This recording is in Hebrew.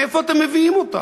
מאיפה אתם מביאים אותם?